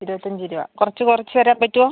ഇരുപത്തി അഞ്ച് രൂപ കുറച്ച് കുറച്ച് തരാൻ പറ്റുമോ